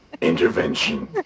intervention